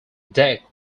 deck